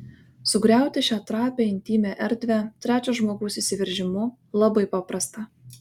sugriauti šią trapią intymią erdvę trečio žmogaus įsiveržimu labai paprasta